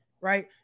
right